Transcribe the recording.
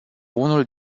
unul